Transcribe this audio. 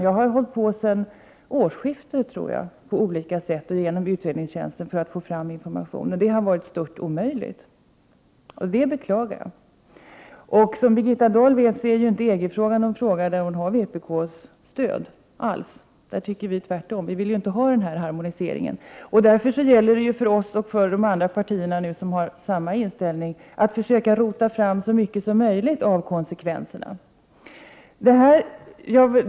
Jag har hållit på sedan årsskiftet, tror jag, med att på olika sätt, bl.a. genom utredningstjänsten, få fram information, men det har varit stört omöjligt, vilket jag beklagar. Som Birgitta Dahl vet är EG-frågan inte alls en fråga där hon har vpk:s stöd. Vi tycker tvärtom — vi vill inte ha denna harmonisering. Därför gäller det nu för oss och för de andra partier som har samma inställning att försöka rota fram så mycket som möjligt om konsekvenserna.